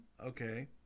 Okay